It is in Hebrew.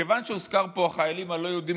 כיוון שהוזכרו פה החיילים הלא-יהודים,